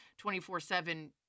24-7